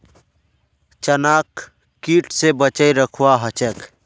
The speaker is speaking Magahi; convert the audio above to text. चनाक कीट स बचई रखवा ह छेक